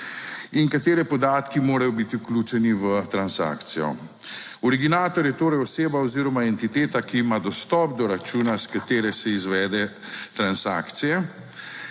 in kateri podatki morajo biti vključeni v transakcijo. Originator je torej oseba oziroma entiteta, ki ima dostop do računa, s katere se izvede transakcije